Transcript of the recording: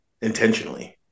intentionally